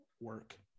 work